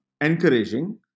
encouraging